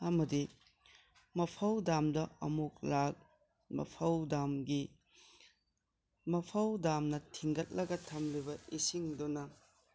ꯑꯃꯗꯤ ꯃꯐꯧ ꯗꯥꯝꯗ ꯑꯃꯨꯛ ꯂꯥꯛ ꯃꯐꯧ ꯗꯥꯝꯒꯤ ꯃꯐꯧ ꯗꯥꯝꯅ ꯊꯤꯡꯒꯠꯂꯒ ꯊꯝꯂꯤꯕ ꯏꯁꯤꯡꯗꯨꯅ